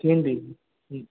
थींदी जी